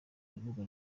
urubuga